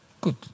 good